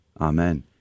Amen